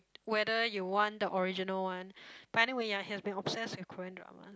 whether you want the original one but anyway ya he has been obsessed with Korean drama